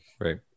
Right